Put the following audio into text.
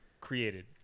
created